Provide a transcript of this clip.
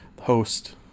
host